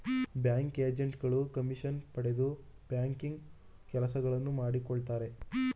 bank agent ಗಳು commission ಪಡೆದು banking ಕೆಲಸಗಳನ್ನು ಮಾಡಿಕೊಡುತ್ತಾರೆ